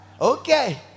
okay